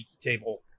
table